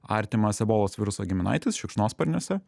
artimas ebolos viruso giminaitis šikšnosparniuose